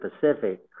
Pacific